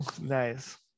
nice